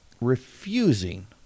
Refusing